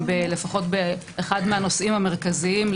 לפחות באחד מהנושאים המרכזיים,